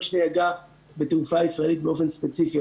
שנייה אגע בתעופה הישראלית באופן ספציפי,